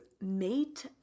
Mate